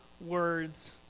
words